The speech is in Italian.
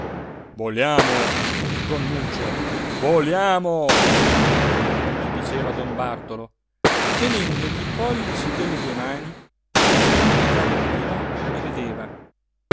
voliamo don nuccio voliamo gli diceva don bartolo tenendogli i pollici delle due mani mentr'egli già dormiva e vedeva